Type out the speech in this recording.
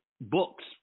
books